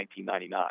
1999